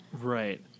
right